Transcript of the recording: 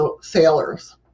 sailors